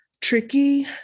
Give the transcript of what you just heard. tricky